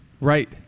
Right